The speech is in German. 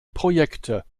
projekte